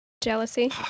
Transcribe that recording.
jealousy